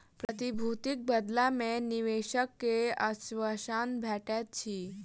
प्रतिभूतिक बदला मे निवेशक के आश्वासन भेटैत अछि